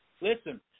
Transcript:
Listen